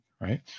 right